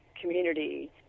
community